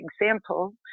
example